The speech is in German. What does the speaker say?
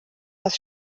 das